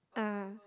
ah